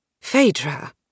Phaedra